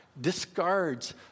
discards